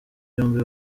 yombi